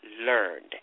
learned